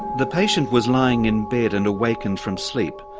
the patient was lying in bed and awakened from sleep,